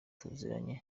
tuziranye